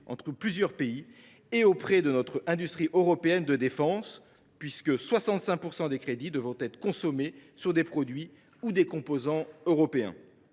entre plusieurs pays et auprès de notre industrie européenne de défense, puisque 65 % des crédits devront être consommés pour l’achat de produits ou de composants européens.